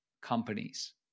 companies